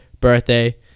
birthday